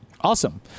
Awesome